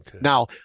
Now